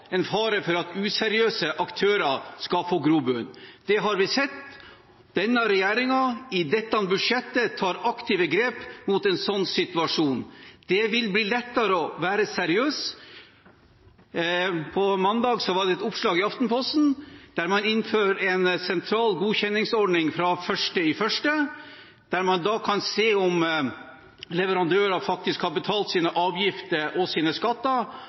en fare for at useriøse aktører skal få grobunn. Der har vi sett at denne regjeringen i dette budsjettet tar aktive grep mot en slik situasjon. Det vil bli lettere å være seriøs. På mandag var det et oppslag i Aftenposten om at man innfører en sentral godkjenningsordning fra 1. januar 2016, hvor man kan se om leverandører faktisk har betalt sine avgifter og sine skatter,